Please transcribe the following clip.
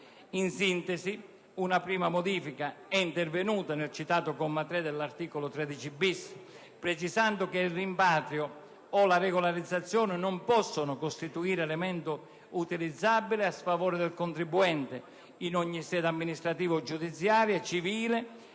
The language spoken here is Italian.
In sintesi, una prima modifica è intervenuta al citato comma 3 dell'articolo 13-*bis*, precisando che il rimpatrio o la regolarizzazione non possono costituire elemento utilizzabile a sfavore del contribuente, in ogni sede amministrativa o giudiziaria, civile,